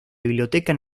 biblioteca